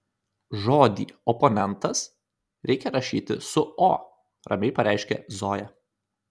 žodį oponentas reikia rašyti su o ramiai pareiškė zoja